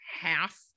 half